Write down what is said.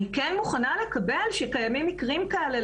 אני כן מוכנה לקבל שקיימים מקרים כאלה,